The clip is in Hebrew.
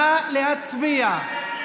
נא להצביע.